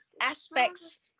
aspects